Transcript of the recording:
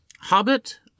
Hobbit